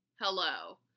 Hello